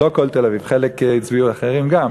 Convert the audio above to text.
לא כל תל-אביב, חלק הצביעו לאחרים גם.